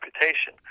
reputation